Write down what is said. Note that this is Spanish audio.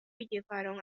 llevaron